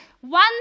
one